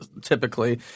typically